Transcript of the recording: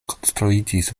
konstruiĝis